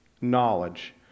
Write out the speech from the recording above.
knowledge